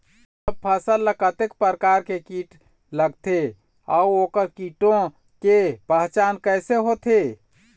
जब फसल ला कतेक प्रकार के कीट लगथे अऊ ओकर कीटों के पहचान कैसे होथे?